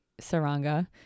Saranga